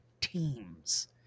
teams